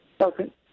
Okay